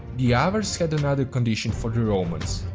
the avars had another condition for the romans.